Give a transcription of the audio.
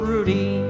Rudy